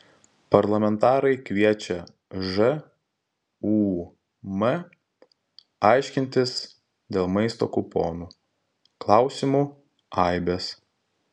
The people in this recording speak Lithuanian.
parlamentarai kviečia žūm aiškintis dėl maisto kuponų klausimų aibės